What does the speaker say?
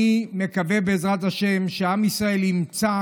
אני מקווה שעם ישראל ימצא,